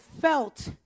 felt